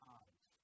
eyes